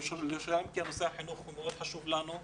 כי נושא החינוך הוא מאוד חשוב לנו.